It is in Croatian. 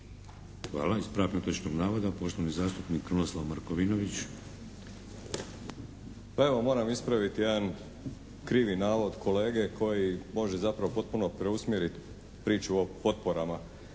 Hvala. Ispravak netočnog navoda, poštovani zastupnik Krunoslav Markovinović. **Markovinović, Krunoslav (HDZ)** Pa evo, moram ispraviti jedan krivi navod kolege koji može zapravo potpuno preusmjeriti priču o potporama